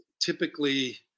typically